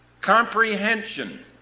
comprehension